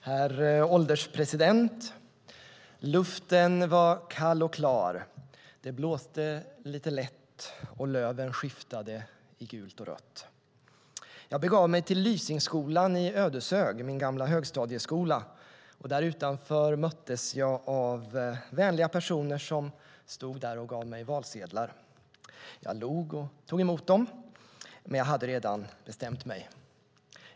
Herr ålderspresident! Luften var kall och klar. Det blåste lite lätt, och löven skiftade i gult och rött. Jag begav mig till min gamla högstadieskola, Lysingskolan i Ödeshög. Där utanför möttes jag av vänliga personer som gav mig valsedlar. Jag log och tog emot dem, men jag hade redan bestämt mig.